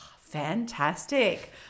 Fantastic